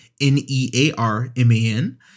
N-E-A-R-M-A-N